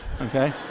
okay